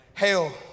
Hail